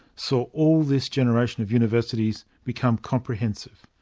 saw all this generation of universities become comprehensive.